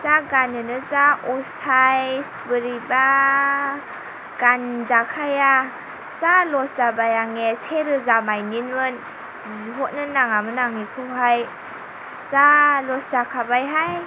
जा गाननोनो जा असाइस बोरैबा गानजाखाया जा लस जाबाय आंना से रोजा मानिमोन बिहरनोनो नाङोमोन आं बिखौहाय जा लस जाखाबाय हाय